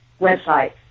website